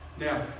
Now